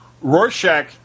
Rorschach